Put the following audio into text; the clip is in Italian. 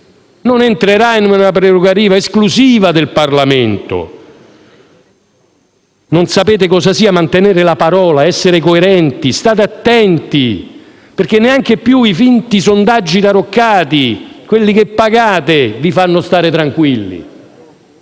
entrato in una prerogativa esclusiva del Parlamento. Non sapete cosa significhi mantenere la parola ed essere coerenti. State attenti, perché neanche più i finti sondaggi taroccati, quelli che pagate, vi fanno stare tranquilli.